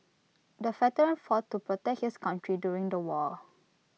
the veteran fought to protect his country during the war